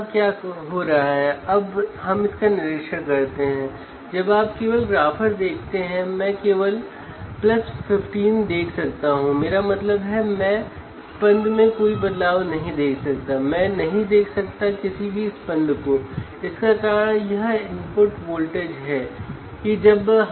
Vout का निरीक्षण करें और पीक टू पीक वोल्टेज पर नोट करें